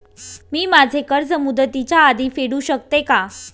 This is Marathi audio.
मी माझे कर्ज मुदतीच्या आधी फेडू शकते का?